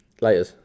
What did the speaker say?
Later